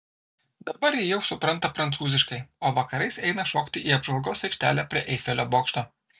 dabar ji jau supranta prancūziškai o vakarais eina šokti į apžvalgos aikštelę prie eifelio bokšto